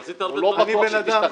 אבל אני יכול להגיד